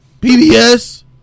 PBS